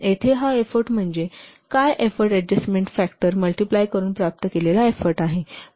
येथे हा एफोर्ट म्हणजे काय एफोर्ट अडजस्टमेन्ट फॅक्टर मल्टिप्लाय करून प्राप्त केलेला एफोर्ट आहे